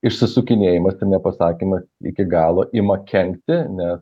išsisukinėjimas to nepasakymas iki galo ima kenkti nes